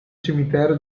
cimitero